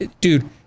dude